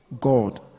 God